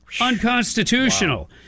Unconstitutional